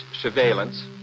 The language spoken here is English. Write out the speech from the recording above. surveillance